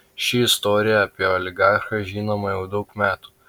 ši istorija apie oligarchą žinoma jau daug metų